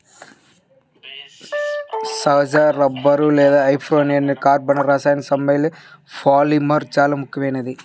సహజ రబ్బరు లేదా rubber isoprene అనే కర్బన రసాయన సమ్మేళనపు పాలిమర్ చాలా ముఖ్యమైనది